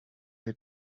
your